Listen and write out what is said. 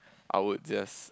I would just